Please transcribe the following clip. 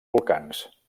volcans